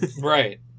Right